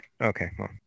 Okay